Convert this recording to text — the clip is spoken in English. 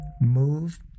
move